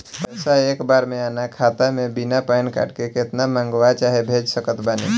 पैसा एक बार मे आना खाता मे बिना पैन कार्ड के केतना मँगवा चाहे भेज सकत बानी?